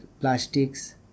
plastics